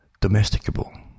domesticable